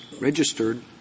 registered